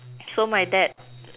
so my dad